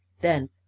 Then—